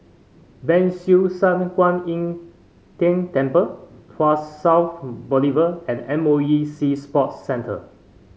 Ban Siew San Kuan Im Tng Temple Tuas South Boulevard and M O E Sea Sports Centre